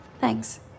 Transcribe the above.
Thanks